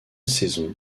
saison